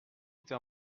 été